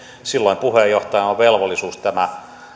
silloin puheenjohtajalla on velvollisuus tämä